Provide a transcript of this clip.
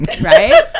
Right